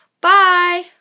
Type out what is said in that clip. Bye